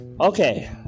Okay